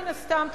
מן הסתם,